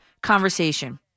conversation